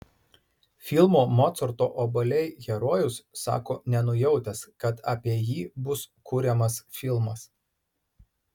filmo mocarto obuoliai herojus sako nenujautęs kad apie jį bus kuriamas filmas